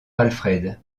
alfred